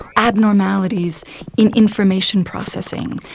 abnormalities in information processing,